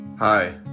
Hi